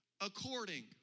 According